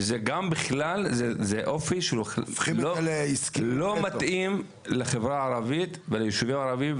וזה גם בכלל אופי שהוא לא מתאים לחברה הערבית ולישובים הערבים,